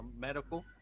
medical